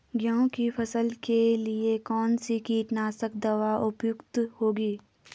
गेहूँ की फसल के लिए कौन सी कीटनाशक दवा उपयुक्त होगी?